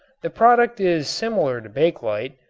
the product is similar to bakelite,